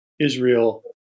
Israel